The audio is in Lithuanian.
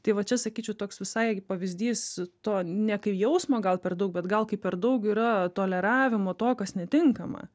tai va čia sakyčiau toks visai pavyzdys to ne kai jausmo gal per daug bet gal kai per daug yra toleravimo to kas netinkama